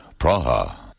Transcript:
Praha